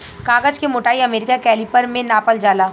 कागज के मोटाई अमेरिका कैलिपर में नापल जाला